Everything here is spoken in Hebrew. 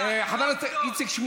איפה העובדות?